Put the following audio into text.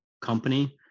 company